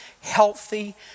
healthy